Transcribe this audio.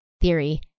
theory